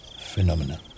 phenomena